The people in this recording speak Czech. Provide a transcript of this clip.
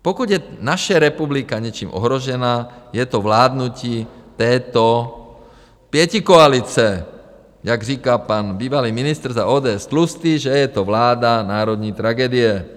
Pokud je naše republika něčím ohrožena, je to vládnutí této pětikoalice, jak říká pan bývalý ministr za ODS Tlustý, že je to vláda národní tragédie.